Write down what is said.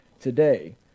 today